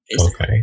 Okay